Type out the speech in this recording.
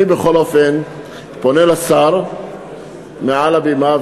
אני בכל אופן פונה לשר מעל הבימה,